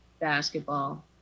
basketball